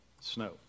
snow